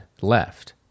left